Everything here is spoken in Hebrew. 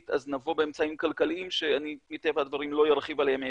אז נבוא באמצעים כלכליים שאני מטבע הדברים לא ארחיב עליהם פה.